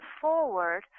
forward